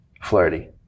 Flirty